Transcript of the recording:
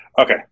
okay